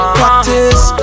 practice